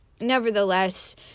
nevertheless